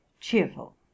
cheerful